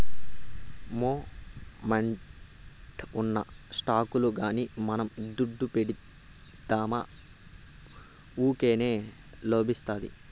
momentum ఉన్న స్టాకుల్ల గానీ మనం దుడ్డు పెడ్తిమా వూకినే లాబ్మొస్తాది